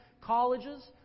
colleges